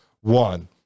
one